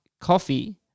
coffee